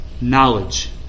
knowledge